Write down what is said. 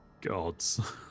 gods